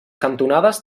cantonades